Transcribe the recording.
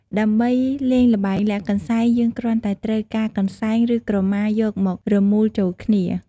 ដើម្បីលេងល្បែងលាក់កន្សែង យើងគ្រាន់តែត្រូវការ កន្សែង ឬ ក្រមាយកមករមួលចូលគ្នា។